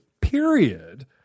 period